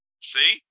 See